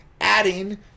adding